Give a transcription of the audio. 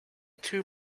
two